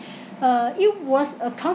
uh it was a